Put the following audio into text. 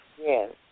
Yes